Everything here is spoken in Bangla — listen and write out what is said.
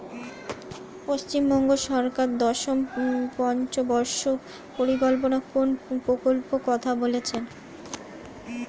পশ্চিমবঙ্গ সরকার দশম পঞ্চ বার্ষিক পরিকল্পনা কোন প্রকল্প কথা বলেছেন?